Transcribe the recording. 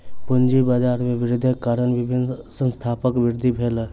पूंजी बाजार में वृद्धिक कारण विभिन्न संस्थानक वृद्धि भेल